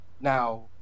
now